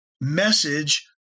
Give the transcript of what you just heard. message